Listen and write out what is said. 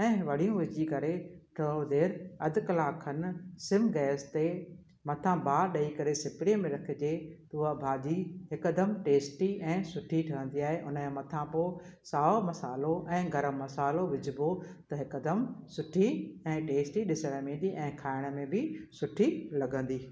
ऐं वड़ियूं विझी करे थोरो देरि अधु कलाकु खनि सिम गैस ते मथां बाहि ॾेई करे सुपरीअ में रखिजे उहा भाॼी हिकदमि टेस्टी ऐं सुठी ठहंदी आहे हुनजे मथां पोइ साओ मसालो ऐं गरमु मसालो विझिबो त हिकदमि सुठी ऐं टेस्टी ॾिसण में बि ऐं खाइण में बि सुठी लॻंदी